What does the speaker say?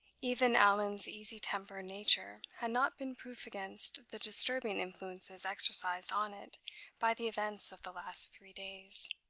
even allan's easy-tempered nature had not been proof against the disturbing influences exercised on it by the events of the last three days.